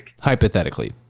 hypothetically